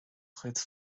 chuid